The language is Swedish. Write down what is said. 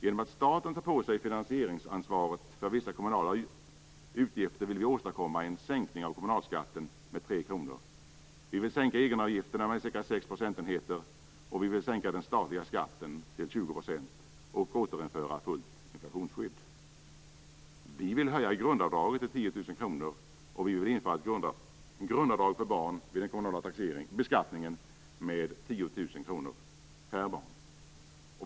Genom att staten tar på sig finansieringsansvaret för vissa kommunala utgifter vill vi åstadkomma en sänkning av kommunalskatten med 3 kr. Vi vill sänka egenavgifterna med ca 6 procentenheter. Vi vill sänka den statliga skatten till 20 % och återinföra fullt inflationsskydd. Vi vill höja grundavdraget till 10 000 kr och införa ett grundavdrag för barn vid den kommunala beskattningen med 10 000 kr per barn.